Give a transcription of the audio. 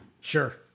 Sure